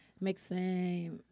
mixing